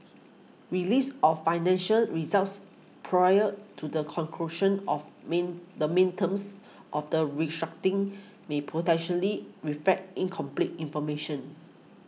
release of financial results prior to the conclusion of main the main terms of the restructuring may potentially reflect incomplete information